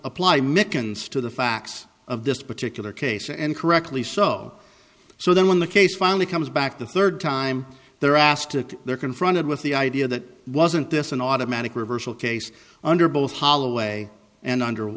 to the facts of this particular case and correctly so so then when the case finally comes back the third time they're asked to they're confronted with the idea that wasn't this an automatic reversal case under both holloway and under